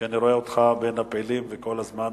כי אני רואה אותך בין הפעילים וכל הזמן